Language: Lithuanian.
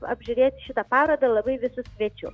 apžiūrėt šitą parodą labai visus kviečiu